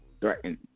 threatened